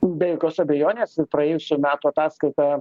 be jokios abejonės ir praėjusių metų ataskaitoje